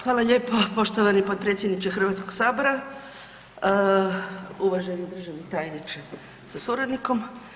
Hvala lijepo poštovani potpredsjedniče Hrvatskog sabora, uvaženi državni tajniče sa suradnikom.